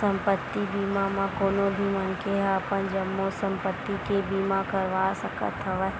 संपत्ति बीमा म कोनो भी मनखे ह अपन जम्मो संपत्ति के बीमा करवा सकत हवय